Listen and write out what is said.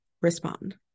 respond